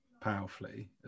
powerfully